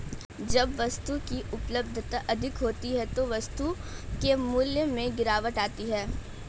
जब वस्तु की उपलब्धता अधिक होती है तो वस्तु के मूल्य में गिरावट आती है